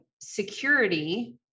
security